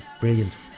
Brilliant